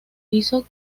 hizo